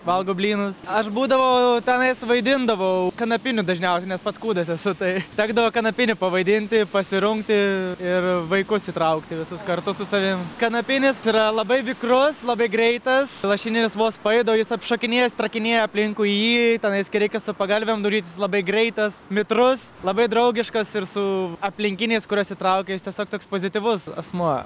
valgo blynus aš būdavau tenais vaidindavau kanapiniu dažniausiai nes pats kūdas sesutei tekdavo kanapinį pavaidinti pasirungti ir vaikus įtraukti visus kartu su savim kanapinis yra labai vikrus labai greitas lašininis vos paeidavo jis apšokinėja strakinėja aplinkui į jį tenais kai reikia su pagalvėm daužytis jis labai greitas mitrus labai draugiškas ir su aplinkiniais kuriuos įtraukia jis tiesiog toks pozityvus asmuo